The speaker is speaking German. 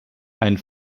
ein